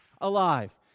alive